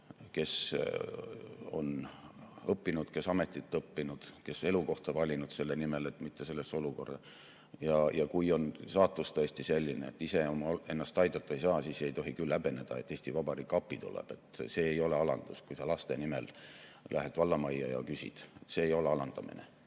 kes on õppinud, kes on ametit õppinud, kes on elukohta valinud selle nimel, et mitte sellesse olukorda sattuda. Kui saatus on tõesti olnud selline, et ise ennast aidata ei saa, siis ei tohi küll häbeneda, et Eesti Vabariik appi tuleb. See ei ole alandus, kui sa laste nimel lähed vallamajja ja küsid abi. See ei ole alandamine.